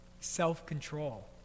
self-control